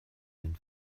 den